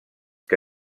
que